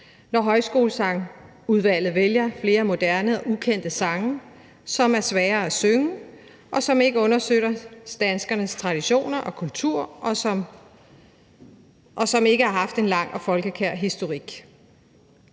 når højskolesangudvalget vælger flere moderne og ukendte sange, som er svære at synge, som ikke understøtter danskernes traditioner og kultur, og som ikke har en lang og folkekær historik.